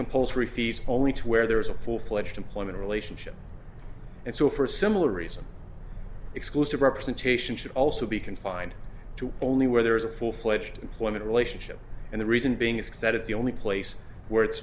compulsory fees only two where there was a full fledged employment relationship and so for similar reasons exclusive representation should also be confined to only where there is a full fledged employment relationship and the reason being is that it's the only place where it's